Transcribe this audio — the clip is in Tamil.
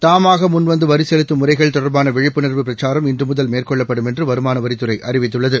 தாமாகமுன் வந்துவரிசெலுத்தும் முறைகள் தொடர்பானவிழிப்புணர்வு பிரச்சாரம் இன்றுமுதல் மேற்கொள்ளப்படும் என்றுவருமானவரித் துறைஅறிவித்துள்ளது